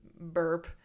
burp